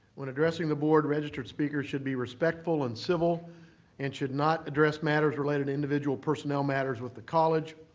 when addressing the board, registered speakers should be respectful and civil and should not address matters related to individual personnel matters with the college.